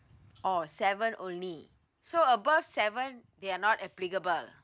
oh seven only so above seven they are not applicable